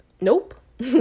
nope